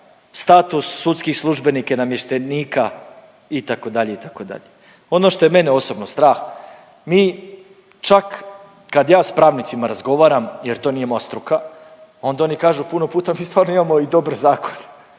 status sudskih službenika i namještenika itd. itd. Ono što je mene osobno strah mi čak kad ja sa pravnicima razgovaram jer to nije moja struka, onda oni kažu puno puta mi stvarno imamo i dobre zakone,